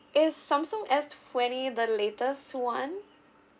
is samsung S twenty the latest one